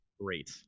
great